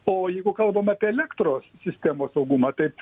o jeigu kalbam apie elektros sistemos saugumą tai